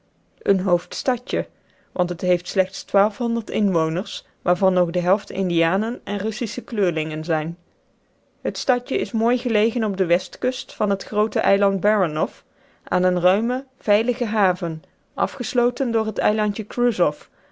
een hoofdstadje want het heeft slechts inwoners waarvan nog de helft indianen en russische kleurlingen zijn het stadje is mooi gelegen op de westkust van het groote eiland baranoff aan eene ruime veilige haven afgesloten door het eilandje kruzoff